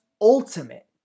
ultimate